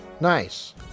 Nice